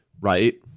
right